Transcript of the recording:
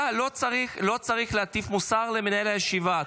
תודה, לא צריך להטיף מוסר למנהל הישיבה.